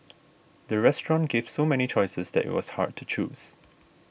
the restaurant gave so many choices that it was hard to choose